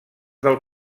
del